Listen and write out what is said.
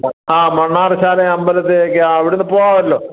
ആ മണ്ണാറശാല അമ്പലത്തിലേക്ക് അവിടെ നിന്ന് പോകാമല്ലോ